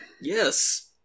Yes